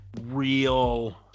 real